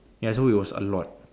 ya so it was a lot